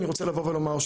אני רוצה לבוא ולומר,